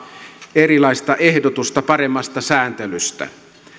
erilaista ehdotusta paremmasta sääntelystä